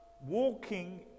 walking